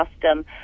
custom